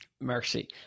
Mercy